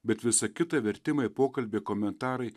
bet visa kita vertimai pokalbį komentarai